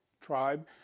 tribe